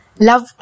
Love